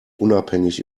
unabhängig